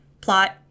plot